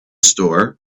store